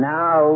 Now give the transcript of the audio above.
now